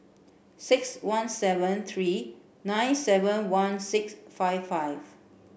six one seven three nine seven one six five five